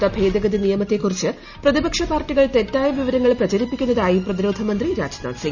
പൌരത്വ ഭേദഗതി നിയമത്തെക്കുറിച്ച് പ്രതിപക്ഷ പാർട്ടികൾ തെറ്റായ വിവരങ്ങൾ പ്രചരിപ്പിക്കുന്നതായി പ്രതിരോധമന്ത്രി രാജ്നാഥ് സിങ്